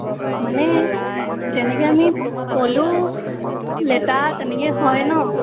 মানে যেনেকৈ আমি পলু লেটা তেনেকৈ হয় ন